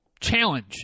challenge